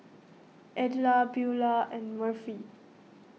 Edla Beulah and Murphy